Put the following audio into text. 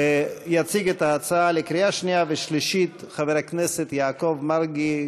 יציג את ההצעה לקריאה שנייה ושלישית חבר הכנסת יעקב מרגי,